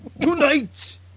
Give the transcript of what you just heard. Tonight